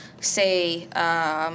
say